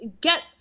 get